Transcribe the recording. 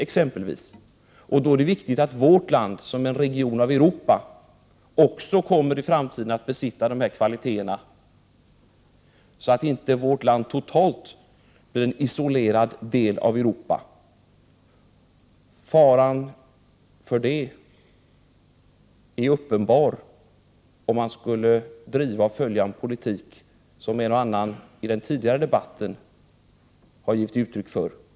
Det är viktigt att också vårt land, som är en region i Europa, i framtiden kommer att besitta dessa kvaliteter så att inte vårt land totalt blir en isolerad del av Europa. Faran för detta är uppenbar om man skulle driva och följa en politik som en och annan i den tidigare debatten har givit uttryck åt.